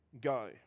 Go